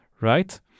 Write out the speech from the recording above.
right